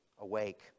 awake